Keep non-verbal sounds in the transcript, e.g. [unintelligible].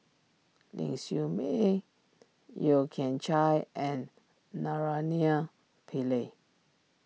Ling Siew May Yeo Kian Chye and [unintelligible] Pillai